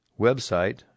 website